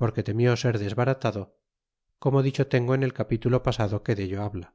porque temió ser desbaratado como dicho tengo en el capítulo pasado que dello habla